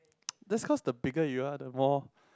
that's cause the bigger you are the more